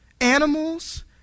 animals